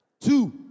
Two